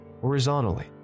horizontally